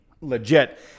legit